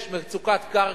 יש מצוקת קרקע,